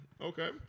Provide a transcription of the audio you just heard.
Okay